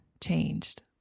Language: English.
changed